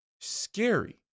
scary